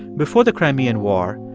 before the crimean war,